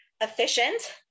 efficient